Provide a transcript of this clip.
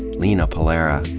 lina palera,